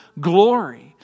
glory